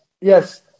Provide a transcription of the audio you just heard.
Yes